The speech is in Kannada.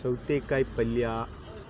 ಸೌತೆಕಾಯಿ ಪಲ್ಯ